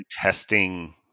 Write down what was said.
testing